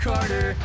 Carter